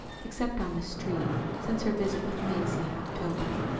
except on the street, since her visit with mazie in october.